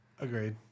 Agreed